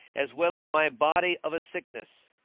as well as my body of a sickness?